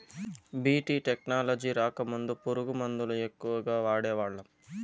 BT technology రాకముందు పురుగు మందుల ఎక్కువగా వాడేవాళ్ళం